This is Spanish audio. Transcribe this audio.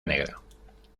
negra